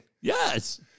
Yes